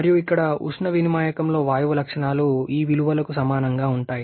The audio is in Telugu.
మరియు ఇక్కడ ఉష్ణ వినిమాయకంలో వాయువు లక్షణాలు ఈ విలువలకు సమానంగా ఉంటాయి